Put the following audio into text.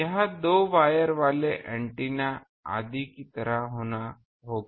यह दो वायर वाले एंटीना आदि की तरह होगा